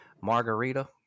Margarita